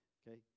okay